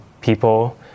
people